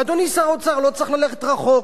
ואדוני שר האוצר, לא צריך ללכת רחוק.